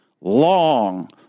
long